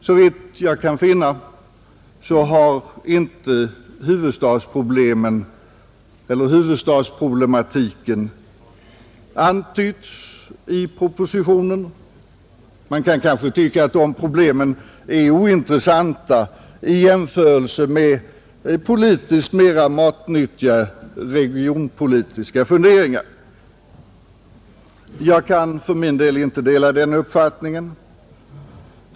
Såvitt jag kan finna har inte huvudstadsproblematiken antytts i propositionen. Man kan kanske tycka att de problemen är ointressanta i jämförelse med politiskt mer matnyttiga regionpolitiska funderingar. Jag delar inte den uppfattningen.